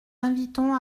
invitons